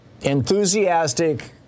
enthusiastic